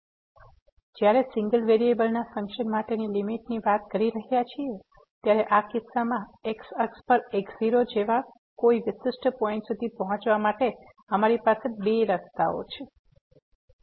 તેથી જ્યારે સિંગલ વેરિયેબલના ફંકશન માટેની લીમીટ ની વાત કરી રહ્યા છીએ ત્યારે આ કિસ્સામાં x અક્ષ પર x0 જેવા કોઈ વિશિષ્ટ પોઈન્ટ સુધી પહોંચવા માટે અમારી પાસે બે રસ્તાઓ છે